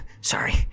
Sorry